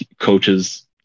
Coaches